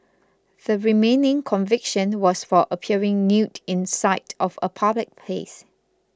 the remaining conviction was for appearing nude in sight of a public place